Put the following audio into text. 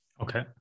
Okay